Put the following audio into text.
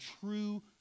true